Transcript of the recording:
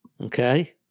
Okay